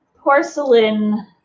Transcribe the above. Porcelain